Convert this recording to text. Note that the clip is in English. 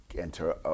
enter